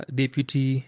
deputy